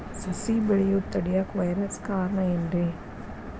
ಸಸಿ ಬೆಳೆಯುದ ತಡಿಯಾಕ ವೈರಸ್ ಕಾರಣ ಏನ್ರಿ?